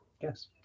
Yes